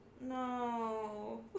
No